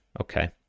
okay